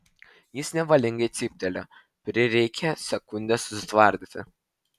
jis nevalingai cyptelėjo prireikė sekundės susitvardyti